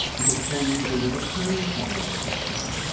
because only the liver can metabolize fructose.